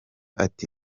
ati